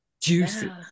Juicy